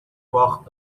باخت